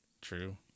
true